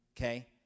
Okay